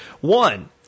One